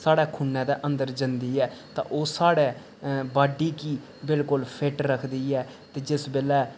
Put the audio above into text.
साढ़े खूनै दे अंदर जंदी ऐ साढ़ै बाडी गी बिलकुल फिट रखदी ऐ ते जिस बेल्लै